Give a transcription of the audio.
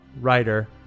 writer